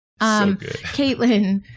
Caitlin